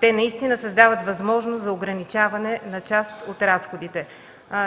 те наистина създават възможност за ограничаване на част от разходите.